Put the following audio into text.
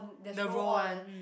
the roll one